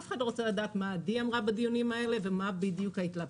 אף אחד לא רוצה לדעת מה עדי אמרה בדיונים האלה ומה היו ההתלבטויות.